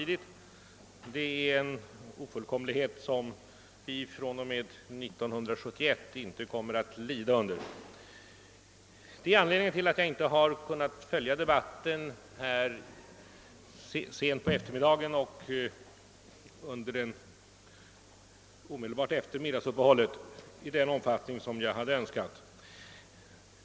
Det är en ofullkomlighet, som vi fr.o.m. år 1971 inte kommer att lida under, men den utgör anledningen till att jag inte har kunnat följa debatten här i kammaren sent på eftermiddagen och omedelbart efter middagsuppehållet i den omfattning som jag hade önskat.